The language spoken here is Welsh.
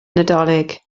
nadolig